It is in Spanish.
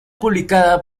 publicada